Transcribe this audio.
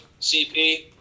CP